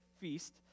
feast